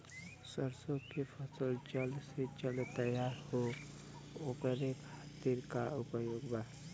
सरसो के फसल जल्द से जल्द तैयार हो ओकरे खातीर का उपाय बा?